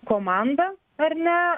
komanda ar ne